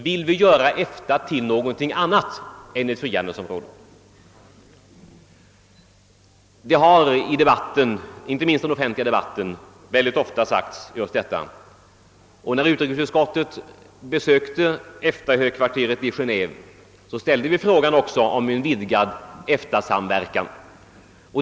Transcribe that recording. Vill man då förvandla EFTA till något annat än ett frihandelsområde? En sådan uppfattning har mycket ofta framförts, inte minst i den offentliga debatten. När utrikesutskottet besökte EFTA högkvarteret i Geneve ställde vi också frågan om en eventuellt utvidgad EFTA samverkan.